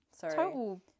total